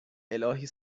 الهی